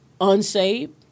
unsaved